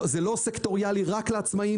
זה לא סקטוריאלי רק לעצמאיים.